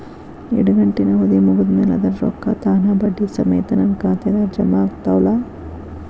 ಇಡಗಂಟಿನ್ ಅವಧಿ ಮುಗದ್ ಮ್ಯಾಲೆ ಅದರ ರೊಕ್ಕಾ ತಾನ ಬಡ್ಡಿ ಸಮೇತ ನನ್ನ ಖಾತೆದಾಗ್ ಜಮಾ ಆಗ್ತಾವ್ ಅಲಾ?